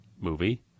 movie